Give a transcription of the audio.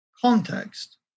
context